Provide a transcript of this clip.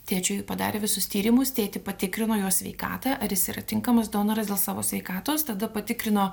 tėčiui padarė visus tyrimus tėtį patikrino jo sveikatą ar jis yra tinkamas donoras dėl savo sveikatos tada patikrino